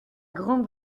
grand